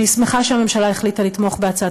אני שמחה שהממשלה החליטה לתמוך בהצעת